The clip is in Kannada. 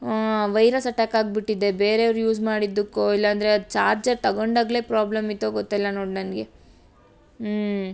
ವೈರಸ್ ಅಟ್ಯಾಕ್ ಆಗಿಬಿಟ್ಟಿದೆ ಬೇರೆಯವ್ರು ಯೂಸ್ ಮಾಡಿದ್ದಕ್ಕೊ ಇಲ್ಲಾಂದರೆ ಅದು ಚಾರ್ಜರ್ ತಗೊಂಡಾಗಲೇ ಪ್ರಾಬ್ಲಮ್ ಇತ್ತೊ ಗೊತ್ತಿಲ್ಲ ನೋಡು ನನಗೆ ಹ್ಞೂ